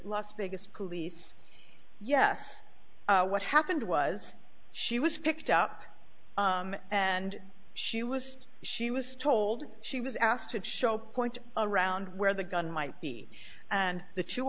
las vegas police yes what happened was she was picked up and she was she was told she was asked to show point around where the gun might be and the